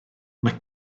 mae